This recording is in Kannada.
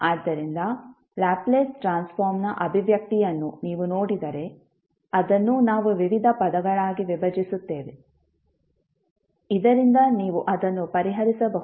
ಆದ್ದರಿಂದ ಲ್ಯಾಪ್ಲೇಸ್ ಟ್ರಾನ್ಸ್ಫಾರ್ಮ್ನ ಅಭಿವ್ಯಕ್ತಿಯನ್ನು ನೀವು ನೋಡಿದರೆ ಅದನ್ನು ನಾವು ವಿವಿಧ ಪದಗಳಾಗಿ ವಿಭಜಿಸುತ್ತೇವೆ ಇದರಿಂದ ನೀವು ಅದನ್ನು ಪರಿಹರಿಸಬಹುದು